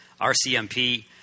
RCMP